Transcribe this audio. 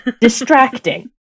distracting